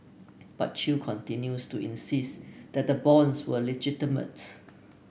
but Chew continues to insist that the bonds were legitimate